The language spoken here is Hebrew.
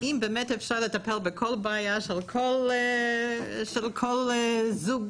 אם באמת אפשר לטפל בבעיה של כל זוג,